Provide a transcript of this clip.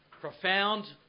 Profound